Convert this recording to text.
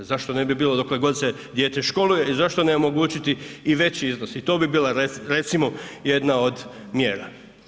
Zašto ne bi bilo dokle god se dijete školuje i zašto ne omogućiti i veći iznos i to bi bila recimo jedna od mjera?